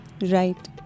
Right